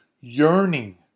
yearning